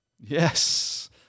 Yes